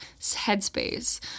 headspace